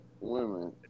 women